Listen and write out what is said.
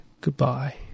Goodbye